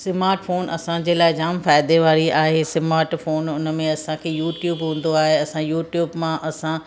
smart phone असांजे लाइ जाम फ़ाइदे वारी आहे स्मार्ट फोन उनमें असांखे यूट्यूब हूंदो आहे यूट्यूब मां असां